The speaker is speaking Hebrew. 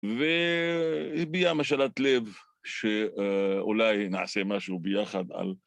והביעה משאלת לב שאולי נעשה משהו ביחד על...